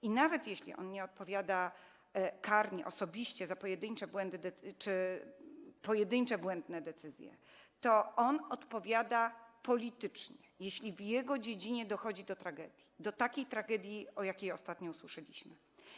I nawet jeśli on nie odpowiada karnie osobiście za pojedyncze błędy czy pojedyncze błędne decyzje, to on odpowiada politycznie, jeśli w jego dziedzinie dochodzi do tragedii, do takiej tragedii, o jakiej ostatnio usłyszeliśmy.